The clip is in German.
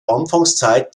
anfangszeit